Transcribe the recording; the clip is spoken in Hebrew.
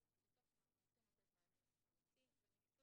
כי בסוף אנחנו רוצים לתת מענה אמיתי ומקצועי.